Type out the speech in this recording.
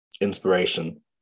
inspiration